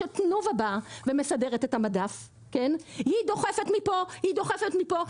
לדוגמה כשתנובה באה ומסדרת את המדף היא דוחפת מפה ומשם,